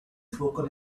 spoken